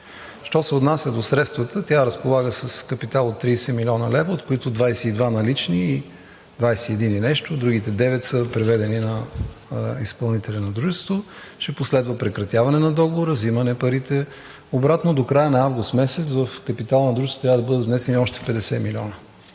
Що се отнася до средствата, тя разполага с капитал от 30 млн. лв., от които 22 налични – 21 и нещо, другите девет са преведени на изпълнителя на дружеството. Ще последва прекратяване на договора, взимане парите обратно. До края на август месец в капитала на дружеството трябва да бъдат внесени още 50 милиона,